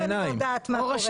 גם עכשיו אני יודעת מה קורה.